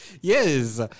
yes